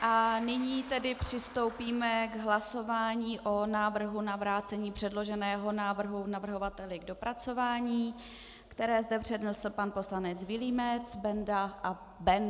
A nyní tedy přistoupíme k hlasování o návrhu na vrácení předloženého návrhu navrhovateli k dopracování, které zde přednesl pan poslanec Vilímec, Benda a Bendl.